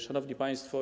Szanowni Państwo!